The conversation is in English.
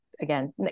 Again